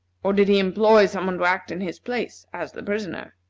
or did he employ some one to act in his place as the poisoner?